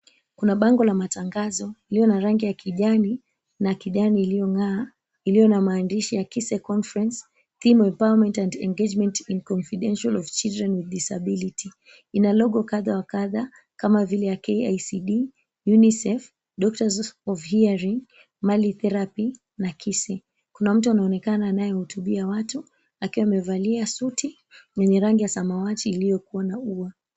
Kuna bango la matangazo iliyo na rangi ya kijani na kijani iliyongaa iliyo na maandishi ya Kise Conference Team Empowerment and Engagement in Confidential of Children With Disability. Ina logo kadha wa kadha kama vile ya KICD, UNICEF, Doctors of Hearing, Mali Therapy na KISI. Kuna mtu anaonekana anayehutubia watu na akiwa amevalia suti yenye rangi ya samawati iliyokua na ua.